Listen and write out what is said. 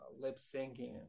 lip-syncing